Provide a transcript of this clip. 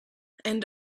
and